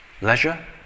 leisure